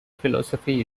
philosophy